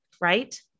right